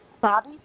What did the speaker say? Bobby